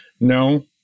No